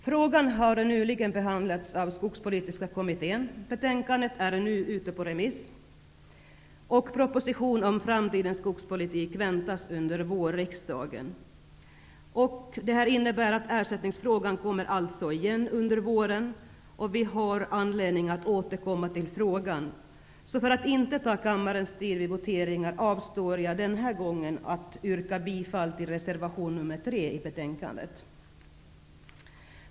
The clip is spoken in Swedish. Frågan har nyligen behandlats av Skogspolitiska kommittén, betänkandet är nu ute på remiss, och proposition om framtidens skogspolitik väntas under vårriksdagen. Det innebär att ersättningsfrågan kommer igen under våren, och vi har därför anledning att återkomma till frågan. Så för att inte ta kammarens tid vid voteringar, avstår jag den här gången från att yrka bifall till reservation nr 3 till betänkandet.